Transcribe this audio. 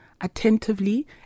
attentively